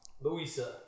Louisa